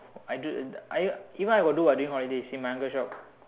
I do I even I got do what during holidays in my uncle shop